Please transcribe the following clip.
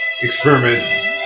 experiment